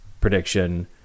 prediction